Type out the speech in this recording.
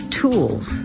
tools